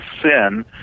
sin